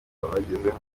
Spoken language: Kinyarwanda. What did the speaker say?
bagezeho